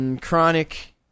chronic